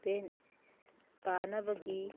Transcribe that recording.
ꯄꯥꯟꯅꯕꯒꯤ